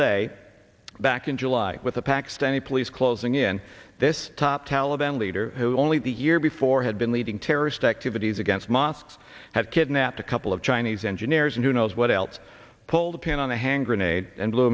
day back in july with the pakistani police closing in this top taliban leader who only the year before had been leading terrorist activities against mosques had kidnapped a couple of chinese engineers and who knows what else pull the pin on the hand grenade and